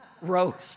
roast